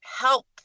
help